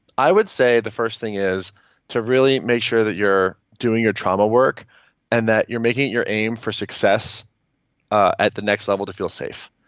i would say the first thing is to really make sure that you're doing your trauma work and that you're making it your aim for success ah at the next level to feel safe.